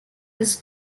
his